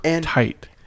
tight